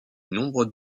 nombre